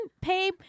pay